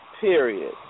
Period